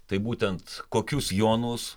tai būtent kokius jonus